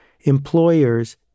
Employers